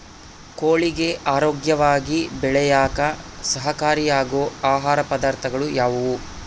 ಕೋಳಿಗೆ ಆರೋಗ್ಯವಾಗಿ ಬೆಳೆಯಾಕ ಸಹಕಾರಿಯಾಗೋ ಆಹಾರ ಪದಾರ್ಥಗಳು ಯಾವುವು?